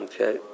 Okay